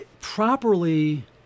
properly